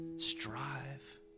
strive